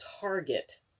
target